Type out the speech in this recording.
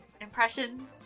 Impressions